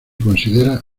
considera